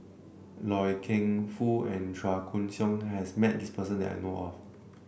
Loy Keng Foo and Chua Koon Siong has met this person that I know of